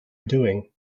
doing